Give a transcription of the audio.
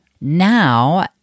Now